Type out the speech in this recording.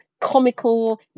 comical